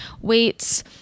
weights